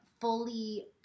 fully